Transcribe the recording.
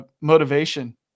motivation